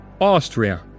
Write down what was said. Austria